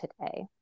today